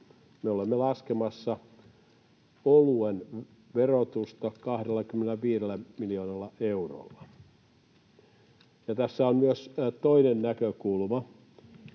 olemme laskemassa oluen verotusta 25 miljoonalla eurolla. Ja tässä on myös toinen näkökulma